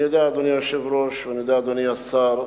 אני יודע, אדוני היושב-ראש, אדוני השר,